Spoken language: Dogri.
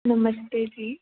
नमस्ते जी